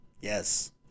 Yes